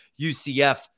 UCF